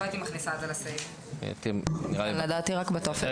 לא הייתי מכניסה את זה בסעיף, לדעתי רק בטופס.